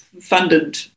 funded